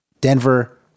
Denver